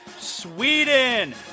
Sweden